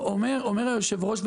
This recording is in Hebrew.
אומר היושב-ראש,